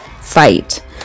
fight